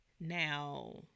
Now